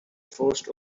forced